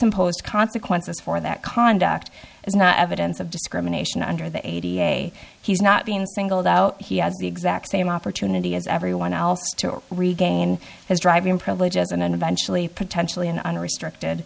imposed consequences for that conduct is not evidence of discrimination under the eighty a he's not being singled out he has the exact same opportunity as everyone else regain his driving privileges and then eventually potentially an unrestricted